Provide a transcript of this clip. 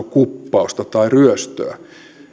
kuppausta tai ryöstöä